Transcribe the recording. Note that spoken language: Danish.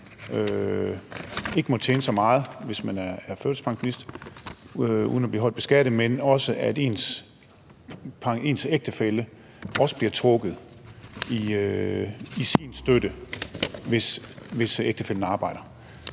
ikke må tjene så meget, hvis man er førtidspensionist, uden at blive højt beskattet, men også at ens ægtefælle bliver trukket i sin støtte, hvis ægtefællen arbejder.